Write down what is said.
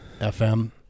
fm